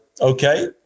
okay